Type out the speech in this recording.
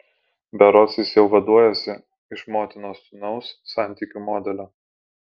berods jis jau vaduojasi iš motinos sūnaus santykių modelio